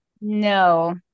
No